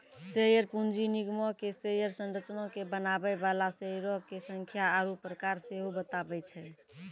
share पूंजी निगमो के शेयर संरचना के बनाबै बाला शेयरो के संख्या आरु प्रकार सेहो बताबै छै